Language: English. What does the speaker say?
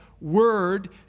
word